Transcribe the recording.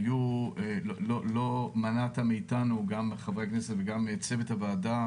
לא מנעת מאיתנו גם מחברי הכנסת וגם מצוות הוועדה